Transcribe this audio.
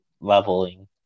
leveling